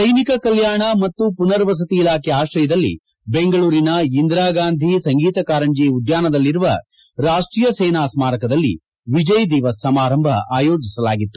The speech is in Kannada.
ಸೈನಿಕ ಕಲ್ಯಾಣ ಮತ್ತು ಪುನರ್ವಸತಿ ಇಲಾಖೆ ಆಶ್ರಯದಲ್ಲಿ ಬೆಂಗಳೂರಿನ ಇಂದಿರಾ ಗಾಂಧಿ ಸಂಗೀತ ಕಾರಂಜಿ ಉದ್ಯಾನವನದಲ್ಲಿರುವ ರಾಷ್ವೀಯ ಸೇನಾ ಸ್ಮಾರಕದಲ್ಲಿ ವಿಜಯ್ ದಿವಸ ಸಮಾರಂಭ ಆಯೋಜಿಸಲಾಗಿತ್ತು